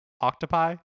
octopi